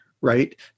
right